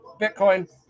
Bitcoin